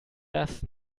das